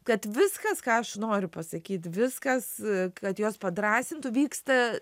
kad viskas ką aš noriu pasakyt viskas kad juos padrąsintų vyksta